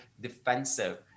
defensive